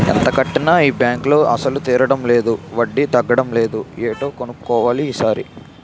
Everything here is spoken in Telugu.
ఎంత కట్టినా ఈ బాంకులో అసలు తీరడం లేదు వడ్డీ తగ్గడం లేదు ఏటో కన్నుక్కోవాలి ఈ సారి